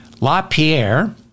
LaPierre